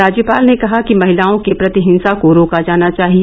राज्यपाल ने कहा कि महिलाओं के प्रति हिंसा को रोका जाना चाहिए